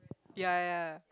ya ya